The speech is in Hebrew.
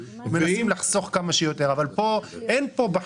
ברור שעוגת התקציב, מנסים לחסוך כמה שיותר.